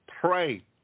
Pray